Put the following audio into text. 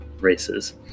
races